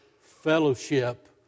fellowship